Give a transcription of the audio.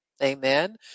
Amen